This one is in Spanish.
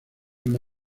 una